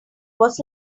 was